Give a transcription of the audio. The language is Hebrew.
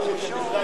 בגלל אירוע,